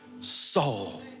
soul